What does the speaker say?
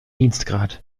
dienstgrad